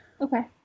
okay